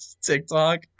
TikTok